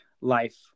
life